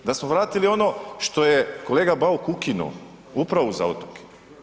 Da smo vratili ono što je kolega Bauk ukinuo, Upravu za otoke.